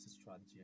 strategy